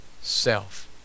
self